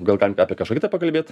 gal galim apie kažką pakalbėt